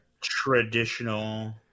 Traditional